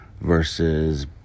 versus